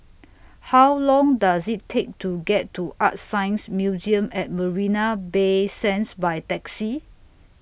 How Long Does IT Take to get to ArtScience Museum At Marina Bay Sands By Taxi